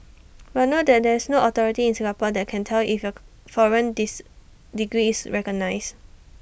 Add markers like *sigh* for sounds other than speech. but note that there's no authority in Singapore that can tell you if your *noise* foreign dis degree is recognised